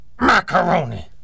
Macaroni